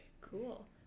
Cool